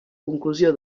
conclusió